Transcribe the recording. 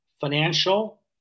financial